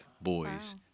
boys